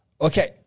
Okay